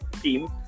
team